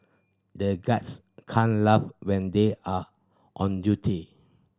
the guards can't laugh when they are on duty